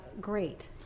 great